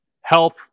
health